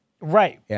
right